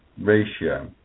ratio